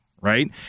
right